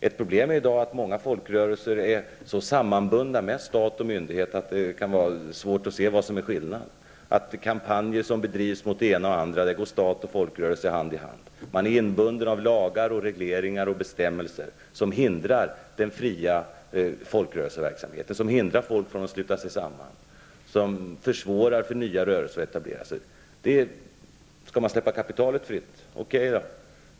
Ett problem i dag är att många folkrörelser är sammanbundna med stat och myndigheter att det kan vara svårt att se vad som är skillnaden. Vid kampanjer mot det ena eller det andra går stat och folkrörelse hand i hand. Lagar, regleringar och bestämmelser hindrar den fria folkrörelseverksamheten och hindrar folk från att sluta sig samman och försvårar för nya rörelser att etablera sig. Okej, släpp kapitalet fritt.